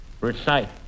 recite